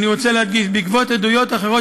אני רוצה להדגיש: בעקבות עדויות אחרות